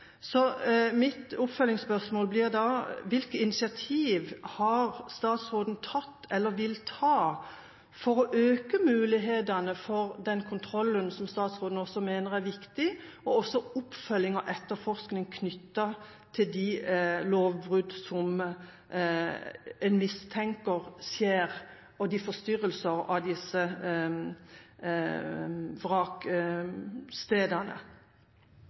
Mitt oppfølgingsspørsmål blir da: Hvilke initiativ har statsråden tatt, eller vil ta, for å øke mulighetene for den kontrollen, som også statsråden mener er viktig, og for å styrke oppfølginga og etterforskninga knyttet til de lovbruddene en mistenker at skjer, og når det gjelder forstyrrelsene av disse vrakstedene?